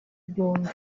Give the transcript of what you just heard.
byombi